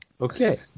Okay